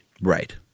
Right